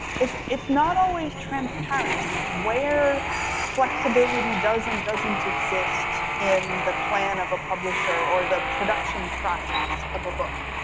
it's it's not always transparent where flexibility does and doesn't exist in the plan of a publisher, or the production process of a book.